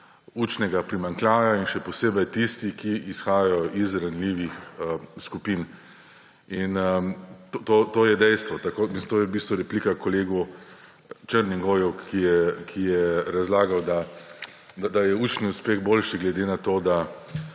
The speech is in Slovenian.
učnega primanjkljaja, še posebej tisti, ki izhajajo iz ranljivih skupin. To je dejstvo in to je v bistvu replika kolegu Černigoju, ki je razlagal, da je učni uspeh boljši, glede na to, da